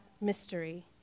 mystery